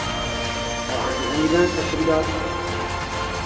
ਹਾਂਜੀ ਹਾਂਜੀ ਮੈਮ ਸਤਿ ਸ਼੍ਰੀ ਅਕਾਲ